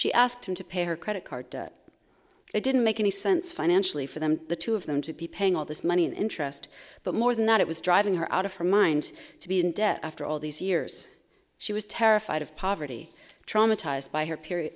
she asked him to pay her credit card it didn't make any sense financially for them the two of them to be paying all this money and interest but more than that it was driving her out of her mind to be in debt after all these years she was terrified of poverty traumatized by her period